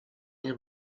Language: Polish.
nie